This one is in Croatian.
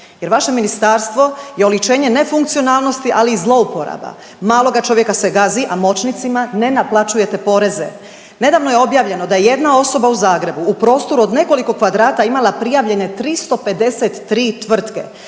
jer vaše ministarstvo je oličenje nefunkcionalnosti, ali i zlouporaba. Maloga čovjeka se gazi, a moćnicima ne naplaćujte poreze. Nedavno je objavljeno da je jedna osoba u Zagrebu u prostoru od nekoliko kvadrata imala prijavljene 353 tvrtke,